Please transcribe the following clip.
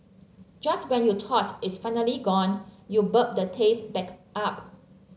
just when you thought it's finally gone you burp the taste back up